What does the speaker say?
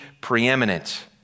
preeminent